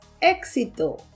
éxito